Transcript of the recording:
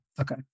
Okay